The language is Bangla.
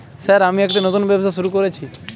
স্যার আমি একটি নতুন ব্যবসা শুরু করেছি?